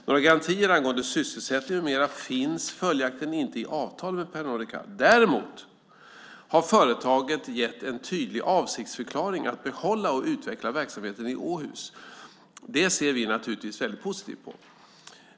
Några garantier angående sysselsättning med mera finns följaktligen inte i avtalet med Pernod Ricard. Däremot har företaget gett en tydlig avsiktsförklaring att behålla och utveckla verksamheten i Åhus. Det ser vi naturligtvis väldigt positivt på.